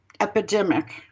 epidemic